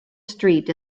street